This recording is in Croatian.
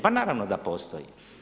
Pa naravno da postoji.